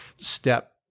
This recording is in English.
step